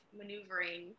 maneuvering